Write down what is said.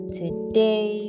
today